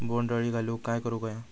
बोंड अळी घालवूक काय करू व्हया?